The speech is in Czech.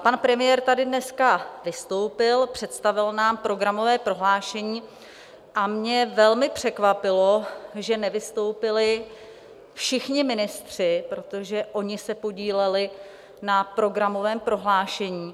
Pan premiér tady dneska vystoupil, představil nám programové prohlášení a mě velmi překvapilo, že nevystoupili všichni ministři, protože oni se podíleli na programovém prohlášení.